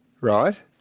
Right